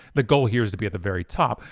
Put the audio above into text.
the goal here is to be at the very top.